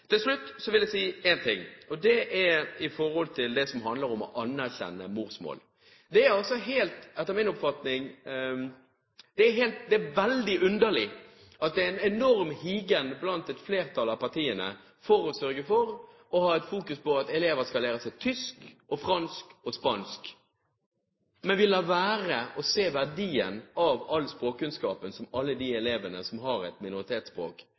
til slutt vil jeg si én ting, om det som handler om å anerkjenne morsmål. Det er etter min oppfatning veldig underlig at det er en enorm higen blant et flertall av partiene etter å ha fokus på at elevene skal lære seg tysk, fransk og spansk, men en lar være å se verdien av all språkkunnskapen til alle de elevene som har et minoritetsspråk.